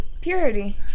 Purity